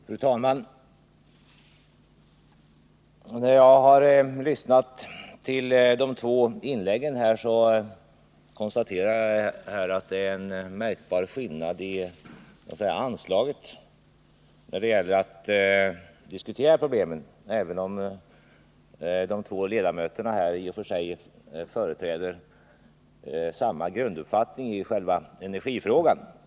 Fru talman! När jag nu har lyssnat till de två inläggen har jag kunnat konstatera en märkbar skillnad i anslaget när det gäller att diskutera problemen, även om de två ledamöterna i och för sig företräder samma grunduppfattning i själva energifrågan.